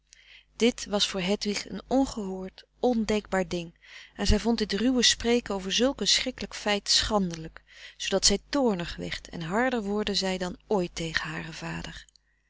dit was voor hedwig een ongehoord ondenkbaar ding en zij vond dit ruwe spreken over zulk een schrikkelijk feit schandelijk zoodat zij toornig werd en harder woorden zei dan ooit tegen haren vader